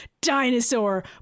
Dinosaur